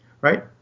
right